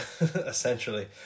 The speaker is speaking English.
essentially